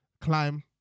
climb